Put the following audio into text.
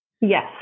Yes